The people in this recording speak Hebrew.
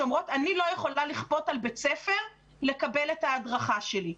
שאומרות: אני לא יכולה לכפות על בית ספר לקבל את ההדרכה שלי.